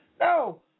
No